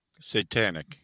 satanic